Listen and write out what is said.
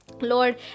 Lord